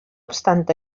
obstant